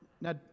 Now